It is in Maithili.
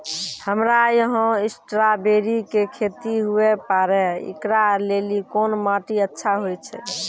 हमरा यहाँ स्ट्राबेरी के खेती हुए पारे, इकरा लेली कोन माटी अच्छा होय छै?